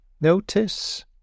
Notice